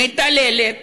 מתעללת